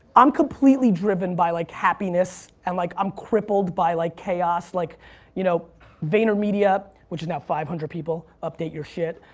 i'm completely driven by like happiness and like i'm crippled by like chaos. like you know vaynermedia, which is now five hundred people. update your shit.